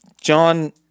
John